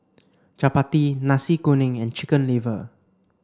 Chappati Nasi Kuning and chicken liver